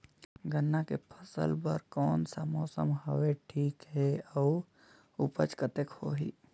गन्ना के फसल बर कोन सा मौसम हवे ठीक हे अउर ऊपज कतेक होही?